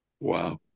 Wow